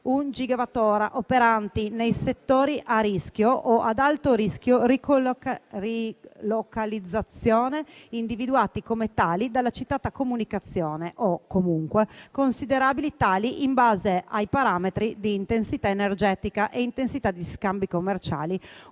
operanti nei settori a rischio o ad alto rischio rilocalizzazione, individuati come tali dalla citata comunicazione o comunque considerabili tali in base ai parametri di intensità energetica e intensità di scambi commerciali